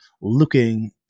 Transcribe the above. looking